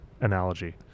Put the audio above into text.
analogy